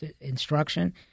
instruction